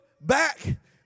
back